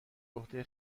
عهده